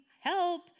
help